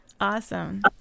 Awesome